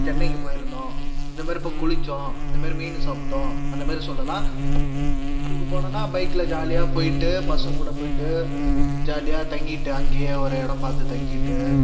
சென்னைக்கு போயிருந்தோம் இந்தமாதிரி இப்போது குளித்தோம் இந்தமாதிரி மீன் சாப்பிட்டோம் அந்தமாதிரி சொல்லலாம் மலைப்பிரதேசத்துக்கு போனோம்னா பைக்ல ஜாலியாக போய்ட்டு பசங்க கூட போய்ட்டு ஜாலியாக தங்கிட்டு அங்கே ஒரு இடம் பார்த்து தங்கிட்டு